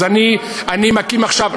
כן, אז אני מקים עכשיו,